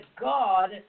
God